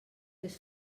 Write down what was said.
fes